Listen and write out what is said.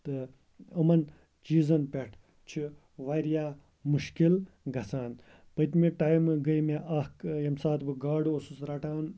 تہٕ یِمَن چیٖزَن پٮ۪ٹھ چھُ واریاہ مُشکِل گَژھان پٔتۍ مہِ ٹایِمہٕ گٔے مےٚ اَکھ ییٚمہِ ساتہٕ بہٕ گاڈٕ اوسُس رَٹان